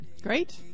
Great